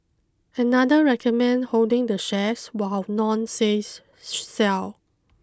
another recommend holding the shares while none says sell